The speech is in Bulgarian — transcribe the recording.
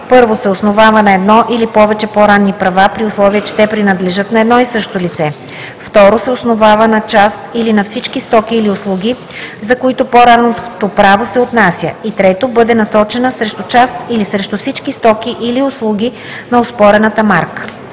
1. се основава на едно или повече по-ранни права, при условие че те принадлежат на едно и също лице; 2. се основава на част или на всички стоки или услуги, за които по-ранното право се отнася; 3. бъде насочена срещу част или срещу всички стоки или услуги на оспорената марка.“